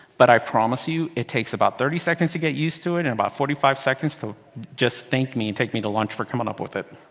but i promise you it takes about thirty seconds to get used to it and about forty five seconds to just thank me and take me to lunch for coming up with it.